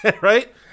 Right